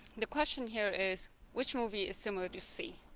the question here is which movie is similar to c